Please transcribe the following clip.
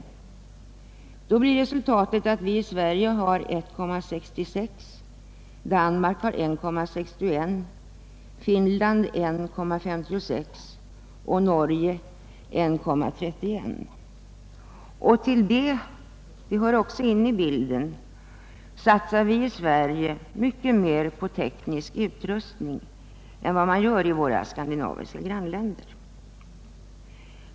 Siffrorna blir då för Sverige 1,66, för Danmark 1,61, för Finland 1,56 och för Norge 1,31. Dessutom satsar vi i Sverige — vilket också bör tas med i bilden — mycket mer på teknisk utrustning än man gör i våra skandinaviska grannländer.